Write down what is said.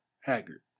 Haggard